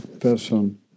person